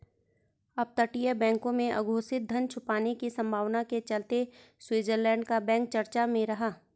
अपतटीय बैंकों में अघोषित धन छुपाने की संभावना के चलते स्विट्जरलैंड का बैंक चर्चा में रहा